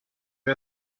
you